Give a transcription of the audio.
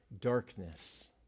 darkness